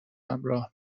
راه